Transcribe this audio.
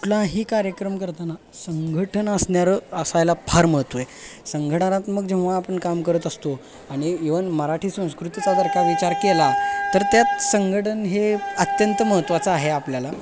कुठलाही कार्यक्रम करताना संघटन असणारं असायला फार महत्त्व आहे संघटनात्मक जेव्हा आपण काम करत असतो आणि इव्हन मराठी संस्कृतीचा जर का विचार केला तर त्यात संघटन हे अत्यंत महत्त्वाचं आहे आपल्याला